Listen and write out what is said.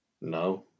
No